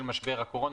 של משבר הקורונה,